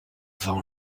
vent